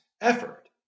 effort